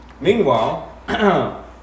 Meanwhile